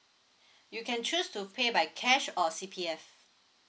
you can choose to pay by cash or C_P_F